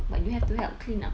but you have to help clean up